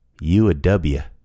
UAW